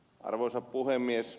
arvoisa puhemies